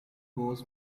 goes